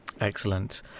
Excellent